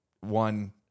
one